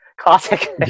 classic